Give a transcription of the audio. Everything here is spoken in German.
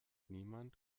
niemand